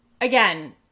again